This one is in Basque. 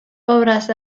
obraz